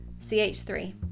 CH3